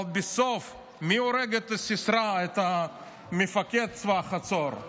אבל בסוף מי הורג את סיסרא, את מפקד צבא חצור?